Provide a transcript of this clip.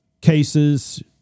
cases